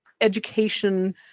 education